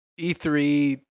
e3